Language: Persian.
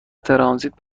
ترانزیت